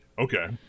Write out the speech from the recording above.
Okay